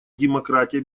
демократия